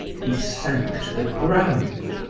he sank to the ground,